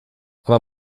aber